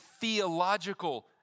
theological